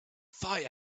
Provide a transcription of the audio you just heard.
fire